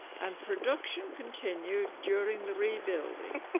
and production continued during the rebuilding